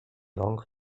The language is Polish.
rąk